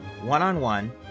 one-on-one